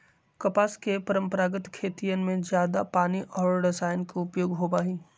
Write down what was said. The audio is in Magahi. कपास के परंपरागत खेतियन में जादा पानी और रसायन के उपयोग होबा हई